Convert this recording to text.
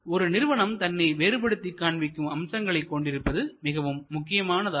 ஒரு நிறுவனம் தன்னை வேறுபடுத்தி காண்பிக்கும் அம்சங்களைக் கொண்டிருப்பது மிக முக்கியமானதாகும்